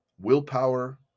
Willpower